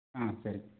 ஆ சரி